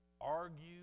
argue